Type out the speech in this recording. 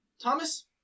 Thomas